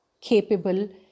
capable